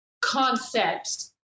concepts